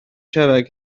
siarad